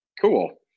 cool